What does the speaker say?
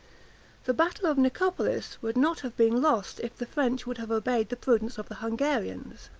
the battle of nicopolis would not have been lost, if the french would have obeyed the prudence of the hungarians